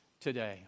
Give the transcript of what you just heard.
today